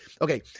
Okay